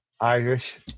Irish